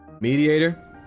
Mediator